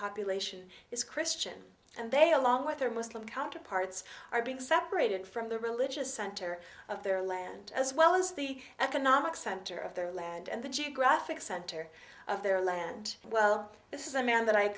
population is christian and they along with their muslim counterparts are being separated from the religious center of their land as well as the economic center of their land and the geographic center of their land and well this is a man that i